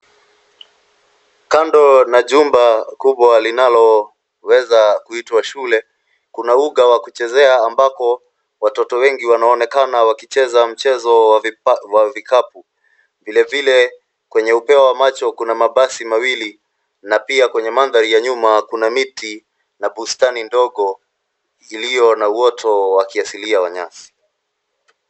Kando na jumba kubwa linaloweza kuitwa shule, kuna uga wa kuchezea ambako watoto wengi wanaonekana wakicheza mchezo wa vikwapu. Vilevile kwenye upeo wa macho kuna mabasi mawili na pia kwenye mandhari ya nyuma kuna miti na bustani ndogo iliyo na uoto wa kiasilia wa nyasi.